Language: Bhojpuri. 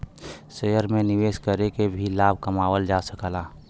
शेयर में निवेश करके भी लाभ कमावल जा सकला